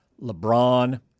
LeBron